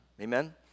Amen